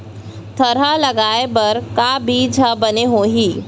थरहा लगाए बर का बीज हा बने होही?